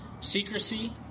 Secrecy